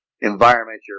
environment